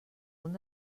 punt